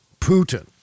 Putin